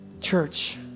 Church